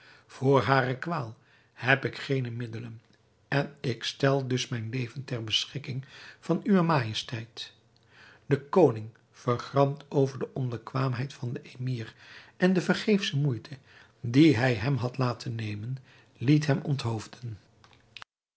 voor hare kwaal heb ik geene middelen en ik stel dus mijn leven ter beschikking van uwe majesteit de koning vergramd over de onbekwaamheid van den emir en de vergeefsche moeite die hij hem had laten nemen liet hem onthoofden